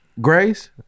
Grace